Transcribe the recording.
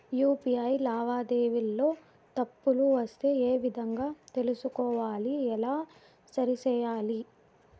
UPI లావాదేవీలలో తప్పులు వస్తే ఏ విధంగా తెలుసుకోవాలి? ఎలా సరిసేయాలి?